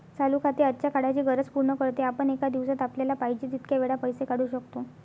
चालू खाते आजच्या काळाची गरज पूर्ण करते, आपण एका दिवसात आपल्याला पाहिजे तितक्या वेळा पैसे काढू शकतो